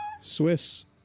Swiss